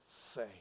say